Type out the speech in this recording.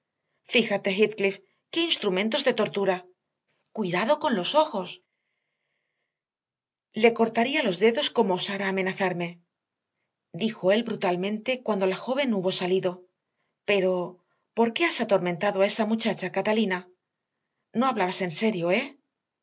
heathcliff qué instrumentos de tortura cuidado con los ojos le cortaría los dedos como osara amenazarme dijo él brutalmente cuando la joven hubo salido pero por qué has atormentado a esa muchacha catalina no hablabas en serio eh